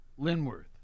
Linworth